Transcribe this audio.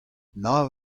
nav